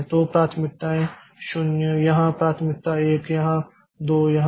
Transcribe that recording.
तो प्राथमिकताएँ 0 यहाँ प्राथमिकता 1 यहाँ 2 यहाँ